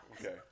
Okay